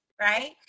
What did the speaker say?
Right